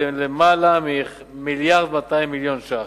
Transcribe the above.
היא למעלה מ-1.2 מיליארד שקלים.